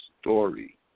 story